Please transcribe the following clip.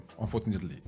unfortunately